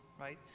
Right